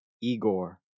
Igor